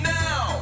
now